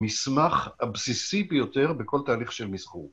מסמך הבסיסי ביותר בכל תהליך של מזכור.